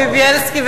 ובילסקי,